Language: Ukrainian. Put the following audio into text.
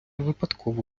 випадково